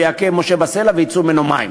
ויכה משה בסלע ויצאו ממנו מים,